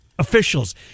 Officials